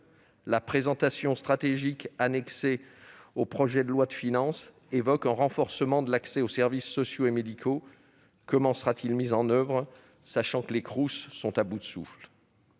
La présentation stratégique annexée au projet de loi de finances fait état d'un renforcement de l'accès aux services sociaux et médicaux. Comment sera-t-il mis en oeuvre, sachant que les Crous sont à bout de souffle ?